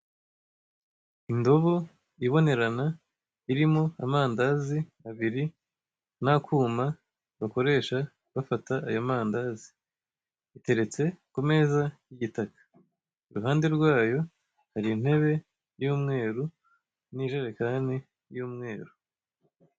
Indobo ibonerana irimo amandazi abiri n'akuma bakoresha bafata ayo mandazi, biteretse ku meza y'igitaka, iruhande rwayo hari intebe y'umweru n'ijerekani y'umweru.